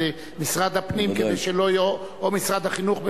של משרד הפנים או משרד החינוך,